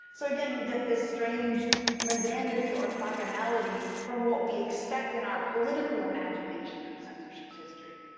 so, again, you get this strange mundanity, orthogonality from what we expect in our political imagination of censorship's history.